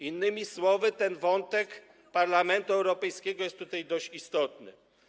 Innymi słowy, ten wątek Parlamentu Europejskiego jest tutaj dość istotny.